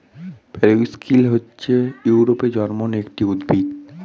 periwinkle হচ্ছে ইউরোপে জন্মানো একটি উদ্ভিদ